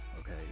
Okay